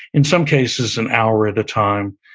in some cases an hour at a time,